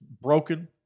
broken